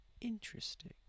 interesting